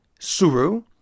Suru